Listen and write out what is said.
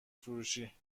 فروشی